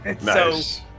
Nice